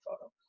photo